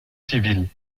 civils